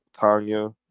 Tanya